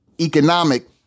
economic